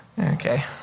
Okay